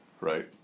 right